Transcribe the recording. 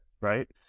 Right